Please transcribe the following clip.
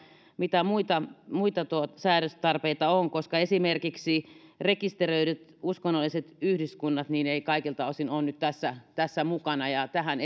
mitä muita muita säädöstarpeita on koska esimerkiksi rekisteröidyt uskonnolliset yhdyskunnat eivät kaikilta osin ole nyt tässä tässä mukana ja tähän